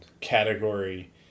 ...category